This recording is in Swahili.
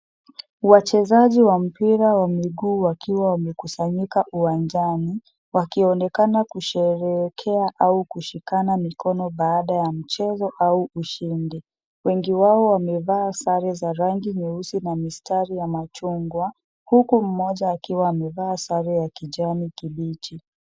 Wachezaji wa mpira wa miguu wakiwa wamekusanyika uwanjani wakionekana kusherehekea au kushikana mikono baada ya mchezo au ushindi. Wengi wao wamevaa sare za rangi nyeusi na mistari ya machungwa huku mmoja akiwa amevaa sare ya kijani kibichi.